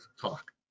talk